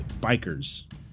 bikers